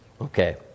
okay